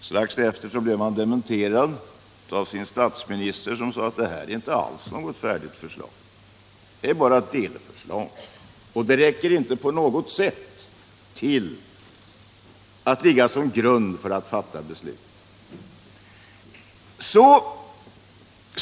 Strax efteråt blev han dementerad av sin statsminister som sade att det här är inte alls något färdigt förslag utan bara ett delförslag och att det inte alls räcker för att ligga till grund för beslut.